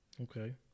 Okay